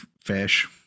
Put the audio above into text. fish